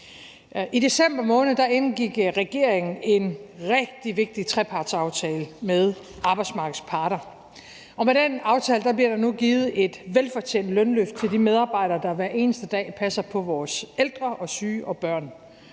I december måned indgik regeringen en rigtig vigtig trepartsaftale med arbejdsmarkedets parter, og med den aftale bliver der nu givet et velfortjent lønløft til de medarbejdere, der hver eneste dag passer på vores ældre, vores syge og vores